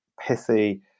pithy